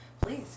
please